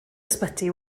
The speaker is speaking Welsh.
ysbyty